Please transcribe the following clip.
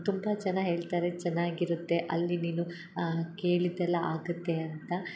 ತುಂಬಾ ಜನ ಹೇಳ್ತಾರೆ ಚೆನ್ನಾಗಿ ಇರುತ್ತೆ ಅಲ್ಲಿ ನೀನು ಕೇಳಿದೆಲ್ಲ ಆಗುತ್ತೆ ಅಂತ